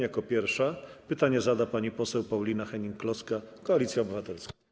Jako pierwsza pytanie zada pani poseł Paulina Hennig-Kloska, Koalicja Obywatelska.